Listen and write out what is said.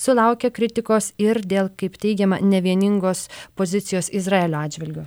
sulaukė kritikos ir dėl kaip teigiama nevieningos pozicijos izraelio atžvilgiu